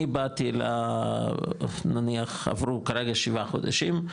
אני באתי, נניח, עברו כרגע שבעה חודשים,